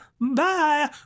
Bye